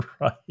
right